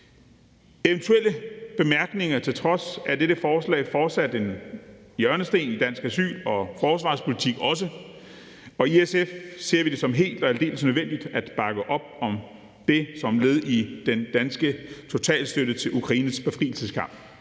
Eventuelle bemærkninger til trods er dette forslag fortsat en hjørnesten i dansk asyl- og også forsvarspolitik, og i SF ser vi det som helt og aldeles nødvendigt at bakke op om det som led i den danske totalstøtte til Ukraines befrielseskamp.